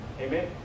Amen